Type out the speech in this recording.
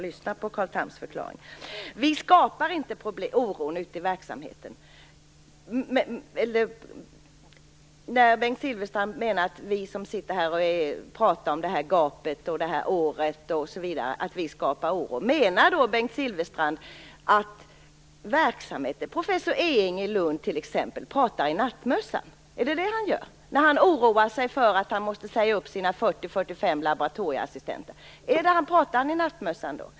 Vi skapar inte oro i verksamheten. Bengt Silvferstrand sade att det var vi som talar om gapet osv. som skapar oro. Menar Bengt Silfverstrand att professor Ehinger i Lund pratar i nattmössan, när han oroar sig för att han måste säga upp sina 40-45 laboratorieassistenter?